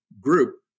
group